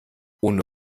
ohne